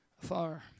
far